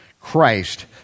Christ